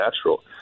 natural